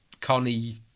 Connie